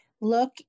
look